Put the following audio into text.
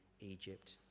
Egypt